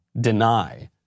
deny